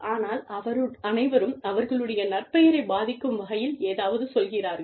ஆனால் அனைவரும் அவர்களுடைய நற்பெயரைப் பாதிக்கும் வகையில் ஏதாவது சொல்கிறார்கள்